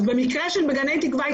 במקרה של גני תקווה,